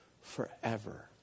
forever